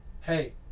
hey